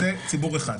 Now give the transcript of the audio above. זה ציבור אחד.